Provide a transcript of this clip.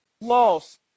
lost